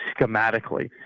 schematically